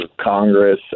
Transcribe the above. Congress